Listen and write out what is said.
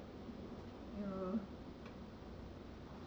like when you go on bus right